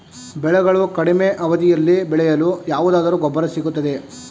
ಬೆಳೆಗಳು ಕಡಿಮೆ ಅವಧಿಯಲ್ಲಿ ಬೆಳೆಯಲು ಯಾವುದಾದರು ಗೊಬ್ಬರ ಸಿಗುತ್ತದೆಯೇ?